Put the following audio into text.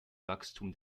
wachstum